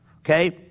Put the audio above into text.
okay